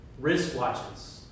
wristwatches